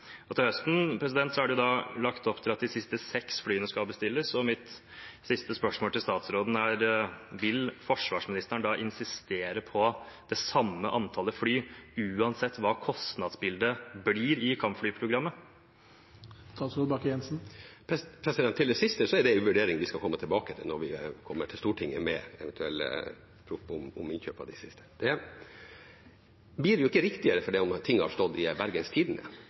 og til høsten er det jo lagt opp til at de siste seks flyene skal bestilles. Mitt siste spørsmål til statsråden er: Vil forsvarsministeren da insistere på det samme antallet fly, uansett hva kostnadsbildet blir i kampflyprogrammet? Til det siste: Det er en vurdering vi skal komme tilbake til når vi kommer til Stortinget med eventuelt innkjøp av de siste. Det blir jo ikke riktigere fordi om ting har stått i Bergens Tidende.